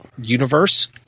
universe